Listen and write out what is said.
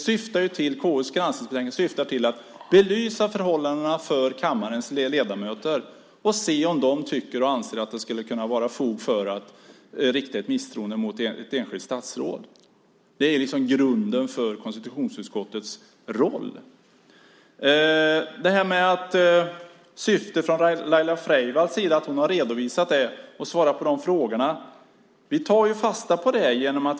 KU:s granskningsarbete syftar till att för kammarens ledamöter belysa förhållandena och till att se om de anser att det skulle kunna finnas fog för att rikta misstroende mot ett enskilt statsråd. Det är grunden för konstitutionsutskottets roll. Att Laila Freivalds har redovisat syftet och svarat på frågorna tar vi fasta på.